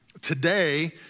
today